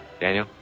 Daniel